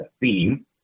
theme